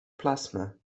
plasma